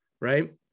Right